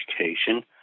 education